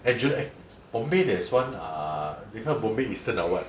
actually Bombay there is one uh they call it Bombay eastern or what